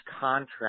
contract